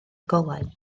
golau